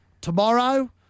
tomorrow